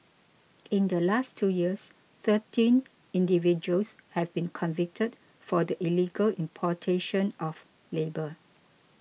in the last two years thirteen individuals have been convicted for the illegal importation of labour